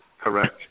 correct